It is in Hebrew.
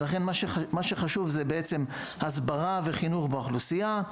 לכן מה שחשוב בעצם זה הסברה וחינוך באוכלוסייה,